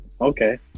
okay